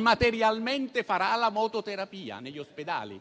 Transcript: materialmente farà la mototerapia negli ospedali?